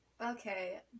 Okay